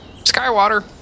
Skywater